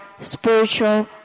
spiritual